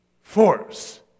force